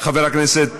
חבר הכנסת